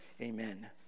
amen